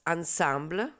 Ensemble